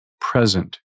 present